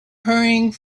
hurrying